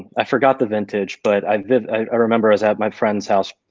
i forgot the vintage but i i remember i was at my friend's house.